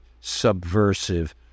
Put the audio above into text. subversive